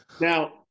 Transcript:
Now